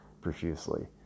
profusely